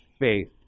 faith